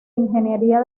ingeniería